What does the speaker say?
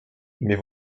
mais